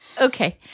Okay